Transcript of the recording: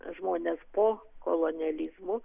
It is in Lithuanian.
žmonės po kolonializmu